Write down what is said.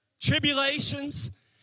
tribulations